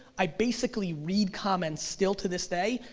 i basically read comments still to this day,